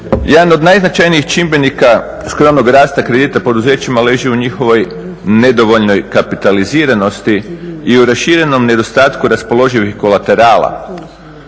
Jedan od najznačajnijih čimbenika skromnom rasta kredita poduzećima leži u njihovoj nedovoljnoj kapitaliziranosti i u raširenom nedostatku raspoloživih kolaterala,